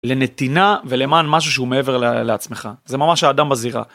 לנתינה ולמען משהו שהוא מעבר לעצמך, זה ממש האדם בזירה.